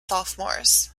sophomores